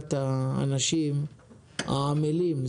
זעקת האנשים העמלים,